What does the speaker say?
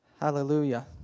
Hallelujah